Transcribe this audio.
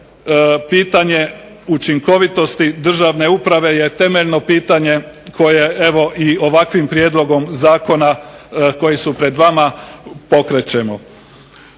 pitanje učinkovitosti državne uprave je temeljno pitanje koje evo i ovakvim prijedlogom zakona koji su pred vama pokrećemo.